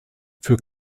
für